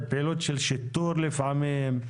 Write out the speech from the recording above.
פעילות של שיטור לפעמים,